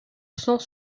cent